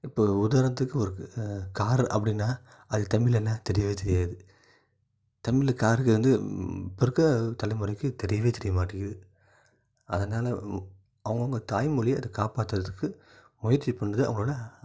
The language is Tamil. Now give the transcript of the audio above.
இப்போ உதாரணத்துக்கு ஒரு கார் அப்படினா அதுக்கு தமிழ்ல என்ன தெரியவே தெரியாது தமிழ்ல காருக்கு வந்து இப்போ இருக்க தலைமுறைக்கு தெரியவே தெரிய மாட்டிக்குது அதனால அவங்கவங்க தாய்மொழிய அது காப்பாற்றுறதுக்கு முயற்சி பண்ணுறது அவங்களோட